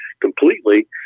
completely